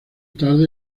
tarde